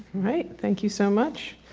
right thank you so much.